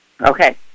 Okay